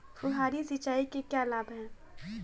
फुहारी सिंचाई के क्या लाभ हैं?